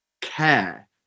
care